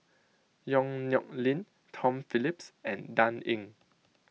Yong Nyuk Lin Tom Phillips and Dan Ying